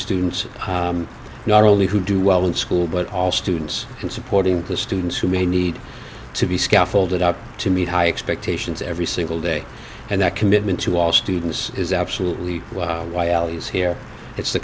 students not only who do well in school but all students in supporting the students who may need to be scaffold it up to meet high expectations every single day and that commitment to all students is absolute well why alys here it's the